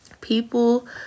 people